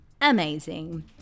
amazing